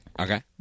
Okay